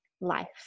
life